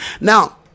Now